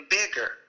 bigger